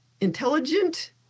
intelligent